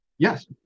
Yes